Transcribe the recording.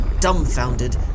dumbfounded